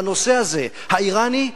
בנושא הזה, האירני,